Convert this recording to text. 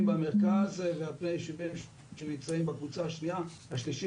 במרכז ועל פני יישובים שנמצאים בקבוצה השלישית